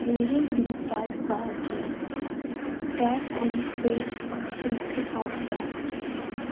मेरे default card गी tap and pay तरीके आस्तै